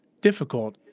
difficult